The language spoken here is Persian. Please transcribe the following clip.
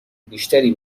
بیشتری